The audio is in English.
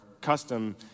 custom